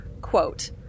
Quote